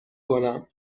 کنم